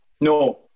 No